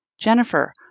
Jennifer